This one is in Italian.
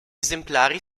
esemplari